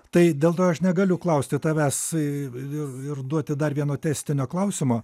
tai dėl to aš negaliu klausti tavęs i i ir duoti dar vieno testinio klausimo